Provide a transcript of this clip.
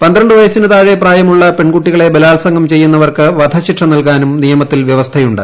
പന്ത്രണ്ട് വയസ്സിനു താഴെ പ്രായമുള്ള പെൺകുട്ടികളെ ബലാൽസംഗം ചെയ്യുന്നവർക്കു വധശിക്ഷ നൽകാനും നിയമത്തിൽ വൃവസ്ഥയുണ്ട്